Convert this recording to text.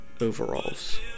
overalls